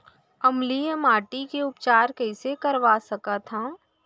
अम्लीय माटी के उपचार कइसे करवा सकत हव?